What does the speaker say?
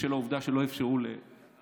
בשל העובדה שלא אפשרו לכבאים